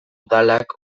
udalak